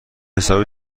حسابی